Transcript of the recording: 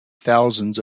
thousands